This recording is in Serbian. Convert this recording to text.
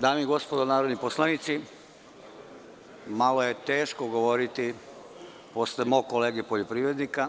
Dame i gospodo narodni poslanici, malo je teško govoriti posle mog kolege poljoprivrednika,